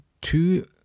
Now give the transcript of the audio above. two